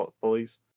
bullies